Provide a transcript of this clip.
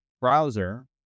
browser